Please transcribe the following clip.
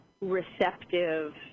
receptive